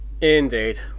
Indeed